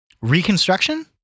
Reconstruction